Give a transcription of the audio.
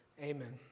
Amen